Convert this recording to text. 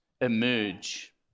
emerge